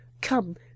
come